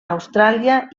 austràlia